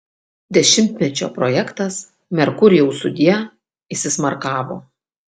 dešimtmečio projektas merkurijau sudie įsismarkavo